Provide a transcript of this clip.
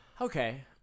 Okay